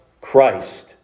Christ